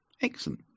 Excellent